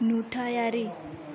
नुथायारि